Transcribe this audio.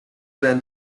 than